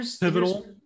pivotal